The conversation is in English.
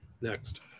Next